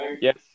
yes